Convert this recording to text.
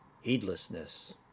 Heedlessness